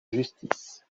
justice